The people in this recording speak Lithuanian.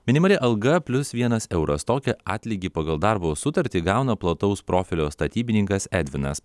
minimali alga plius vienas euras tokią atlygį pagal darbo sutartį gauna plataus profilio statybininkas edvinas